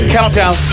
Countdown